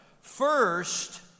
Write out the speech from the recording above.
first